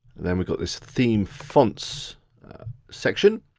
and then we've got this theme, fonts section.